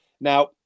Now